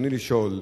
רצוני לשאול: